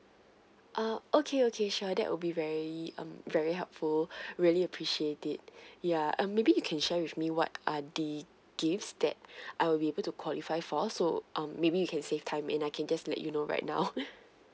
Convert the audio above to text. uh okay okay sure that will be very um very helpful really appreciate it ya um maybe you can share with me what are the gifts that I'll be able to qualify for so um maybe you can save time and I can just let you know right now